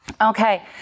Okay